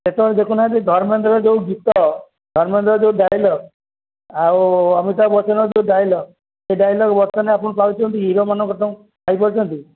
ସେତେବେଳେ ଦେଖୁ ନାହାନ୍ତି ଧର୍ମେନ୍ଦ୍ର ଯୋଉ ଗୀତ ଧର୍ମେନ୍ଦ୍ର ଯୋଉ ଡାଇଲୋଗ୍ ଆଉ ଅମିତା ବଚ୍ଚନର ଯୋଉ ଡାଇଲୋଗ୍ ସେ ଡାଇଲୋଗ୍ ବର୍ତ୍ତମାନ ଆପଣ ପାଉଛନ୍ତି ହିରୋମାନଙ୍କ ଠୁ ପାଇପାରୁଛନ୍ତି